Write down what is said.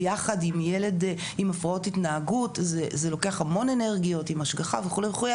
אין פיקוח עליהן ובעצם אין נתונים מי עומד בדרישות ומי לא וכמה יש,